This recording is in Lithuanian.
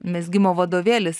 mezgimo vadovėlis